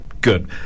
Good